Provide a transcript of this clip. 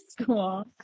school